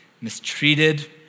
mistreated